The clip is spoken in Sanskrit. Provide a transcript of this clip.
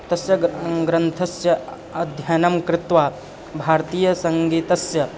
तस्य ग्र ग्रन्थस्य अध्ययनं कृत्वा भारतीयसङ्गीतस्य